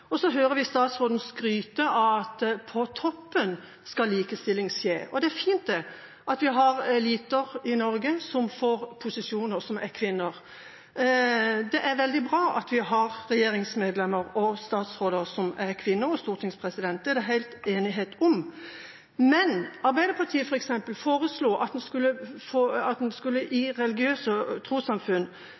og så hører vi statsråden skryte av at likestilling skal skje på toppen. Det er fint, det, at vi har eliter i Norge, kvinner, som får posisjoner. Det er veldig bra at vi har regjeringsmedlemmer, statsråder, som er kvinner – og stortingspresident. Det er det full enighet om. Men Arbeiderpartiet foreslo f.eks. at en for religiøse trossamfunn skulle komme med krav til 40 pst. kvinner, og